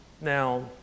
Now